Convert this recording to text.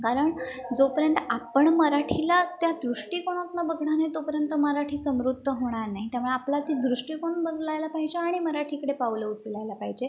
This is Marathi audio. कारण जोपर्यंत आपण मराठीला त्या दृष्टीकोनातनं बघणार नाही तोपर्यंत मराठी समृद्ध होणार नाही त्यामुळे आपला ती दृष्टीकोन बदलायला पाहिजे आणि मराठीकडे पावलं उचलायला पाहिजे